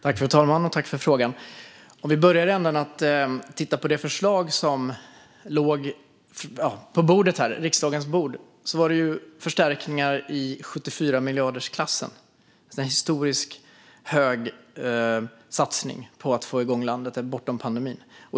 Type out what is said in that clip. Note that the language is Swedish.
Fru talman! Jag tackar Hans Eklind för frågan. Vi kan börja med att titta på det förslag som låg på riksdagens bord. Det var fråga om förstärkningar i 74-miljardersklassen. Det var en historiskt stor satsning på att få igång landet bortom pandemin.